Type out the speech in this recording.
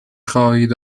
خواهید